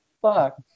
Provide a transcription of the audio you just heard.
fuck